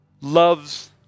loves